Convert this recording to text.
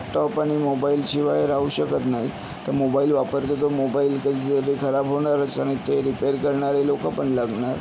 laptop आणि मोबाईलशिवाय राहू शकत नाही तर मोबाईल वापरतो तो मोबाईल कधीकधी खराब होणारच आणि ते रिपेअर करणारे लोक पण लागणार